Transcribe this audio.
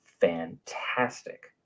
fantastic